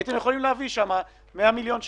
הייתם יכולים להביא שם 100 מיליון שקל,